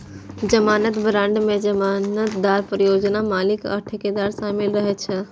जमानत बांड मे जमानतदार, परियोजना मालिक आ ठेकेदार शामिल रहै छै